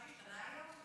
משהו השתנה היום?